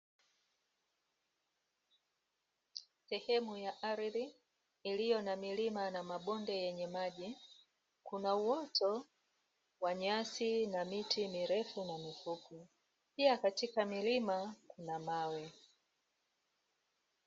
Sehemu ya ardhi iliyo na milima na mabonde yenye maji, Kuna uoto wa nyasi na miti mirefu na mifupi, pia katika milima kuna mawe.